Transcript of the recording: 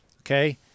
Okay